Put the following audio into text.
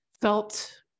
felt